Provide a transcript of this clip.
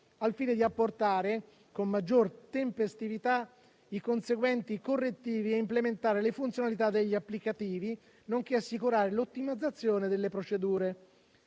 al fine di apportare con maggiore tempestività i conseguenti correttivi e implementare le funzionalità degli applicativi, nonché assicurare l'ottimizzazione delle procedure.